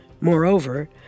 Moreover